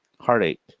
heartache